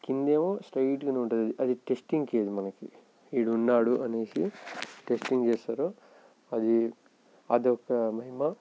కిందేమో స్ట్రైట్గానే ఉంటుంది అది టెస్టింగ్ చేయదు మనకి వీడు ఉన్నాడు అనేసి టెస్టింగ్ చేస్తారు అది అది ఒక మహిమ